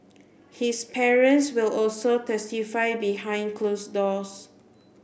his parents will also testify behind close doors